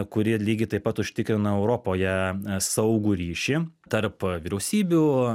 kuri lygiai taip pat užtikrina europoje saugų ryšį tarp vyriausybių